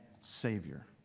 Savior